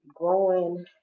Growing